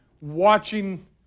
watching